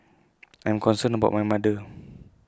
I am concerned about my mother